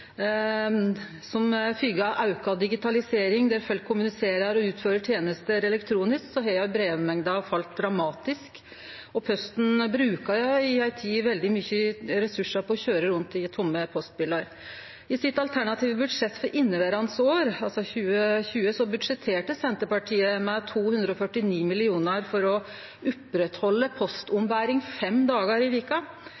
Som følgje av auka digitalisering der folk kommuniserer og utfører tenester elektronisk, har brevmengda falle dramatisk, og Posten bruka ei tid veldig mykje ressursar på å køyre rundt i tome postbilar. I sitt alternative budsjett for inneverande år, 2020, budsjetterte Senterpartiet med 249 mill. kr for å